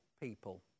people